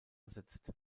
ersetzt